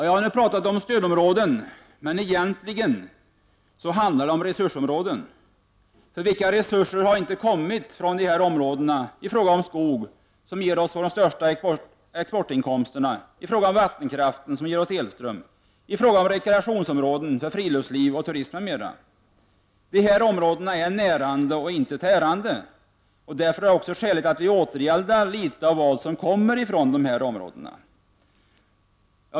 Jag har nu pratat om stödområden, men egentligen handlar det om resursområden, för vilka resurser har inte kommit från de här områdena i fråga om skog som ger oss vår största exportinkomst, i fråga om vattenkraften som ger oss elström eller i fråga om rekreationsområden för friluftsliv och turism m.m. Dessa områden är närande och inte tärande, och därför är det skäligt att vi återgäldar litet av det vi får ifrån de här områdena.